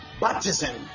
baptism